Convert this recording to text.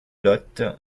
lot